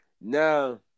Now